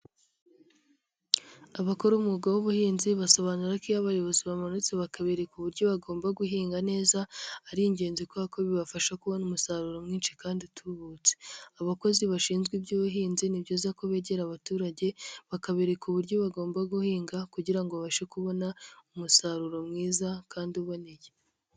Abakora umwuga w'ubuhinzi basobanura ko iyo abayobozi bamanutse bakabereka uburyo bagomba guhinga neza, ari ingenzi kuko kuko bibafasha kubona umusaruro mwinshi kandi utubutse, abakozi bashinzwe iby'ubuhinzi, ni byiza ko begera abaturage, bakabereka uburyo bagomba guhinga kugira ngo babashe kubona umusaruro mwiza kandi uboneye.